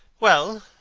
well,